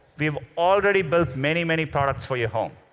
we've already built many, many products for your home.